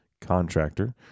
contractor